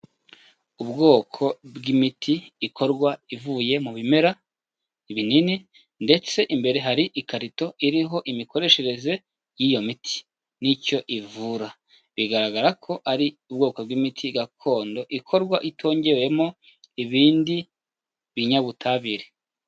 Ubwoko bw'imiti ikorwa ivuye mu bimera, ibinini ndetse imbere hari ikarito iriho imikoreshereze y'iyo miti n'icyo ivura, bigaragara ko ari ubwoko bw'imiti gakondo ikorwa itongewemo ibindi binyabutabire.